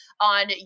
on